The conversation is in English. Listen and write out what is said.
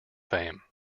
fame